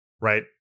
Right